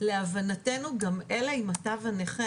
להבנתנו גם אלה עם תו הנכה,